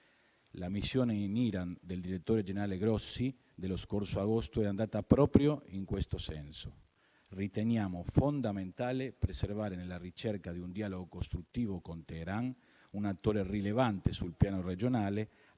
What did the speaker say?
La missione in Iran del direttore generale Grossi, dello scorso agosto, è andata proprio in questo senso. Riteniamo fondamentale perseverare nella ricerca di un dialogo costruttivo con Teheran, un attore rilevante sul piano regionale,